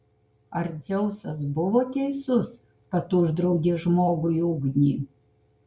ar dzeusas buvo teisus kad uždraudė žmogui ugnį